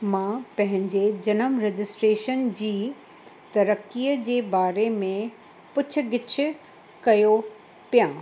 मां पंहिंजे जनम रजिस्ट्रेशन जी तरक़ीअ जे बारे में पुछ गिछ कयो पियां